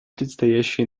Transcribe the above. предстоящие